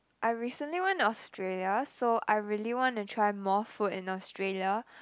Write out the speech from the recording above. I recently went to Australia so I really wanna try more food in Australia